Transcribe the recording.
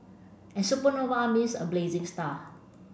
and supernova means a blazing star